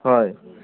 হয়